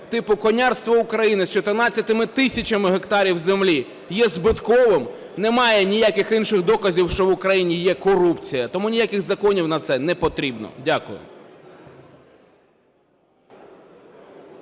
типу "Конярство України" з 14 тисячами гектарів землі є збитковим, немає ніяких інших доказів, що в Україні є корупція. Тому ніяких законів на це непотрібно. Дякую.